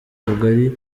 akagari